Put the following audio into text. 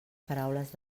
paraules